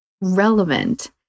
relevant